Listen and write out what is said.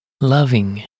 loving